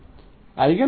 eigen ఫంక్షన్లు eimϕ